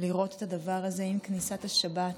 לראות את הדבר הזה עם כניסת השבת.